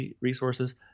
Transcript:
resources